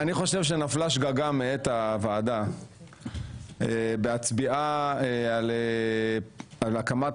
שנפלה שגגה מאת הוועדה בהצביעה על הקמת